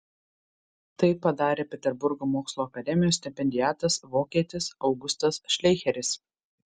tai padarė peterburgo mokslų akademijos stipendiatas vokietis augustas šleicheris